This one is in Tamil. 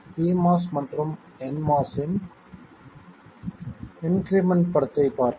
pMOS மற்றும் nMOS இன் இன்க்ரிமெண்ட் படத்தை பார்க்கவும்